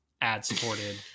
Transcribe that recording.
Ad-supported